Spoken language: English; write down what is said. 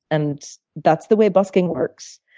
and that's the way busking works.